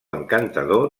encantador